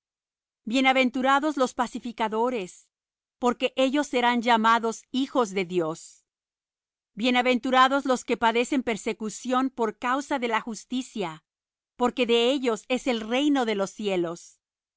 bienaventurados los pacificadores porque ellos serán llamados hijos de dios bienaventurados los que padecen persecución por causa de la justicia porque de ellos es el reino de los cielos